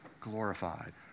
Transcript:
glorified